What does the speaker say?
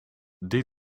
die